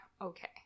okay